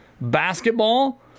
basketball